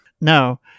No